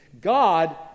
God